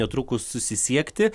netrukus susisiekti